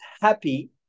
happy